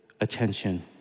attention